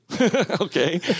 Okay